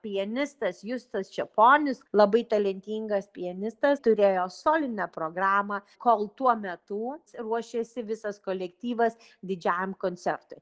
pianistas justas čeponis labai talentingas pianistas turėjo solinę programą kol tuo metu ruošėsi visas kolektyvas didžiajam koncertui